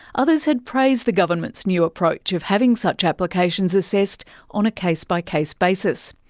others had praised the government's new approach of having such applications assessed on a case by case basis.